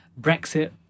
Brexit